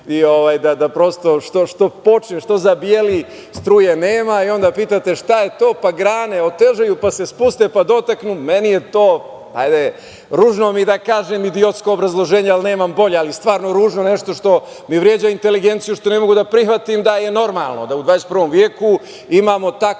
veku, da prosto što počne, što zabeli, struje nema. Onda pitate, šta je to? Pa grane otežaju, pa se spuste, pa dotaknu. Meni je to, ružno mi je da kažem, idiotsko obrazloženje, ali nemam bolje. Stvarno je to nešto ružno što mi vređa inteligenciju, što ne mogu da prihvatim da je normalno da u 21. veku imamo takvo